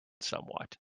somewhat